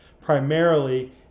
primarily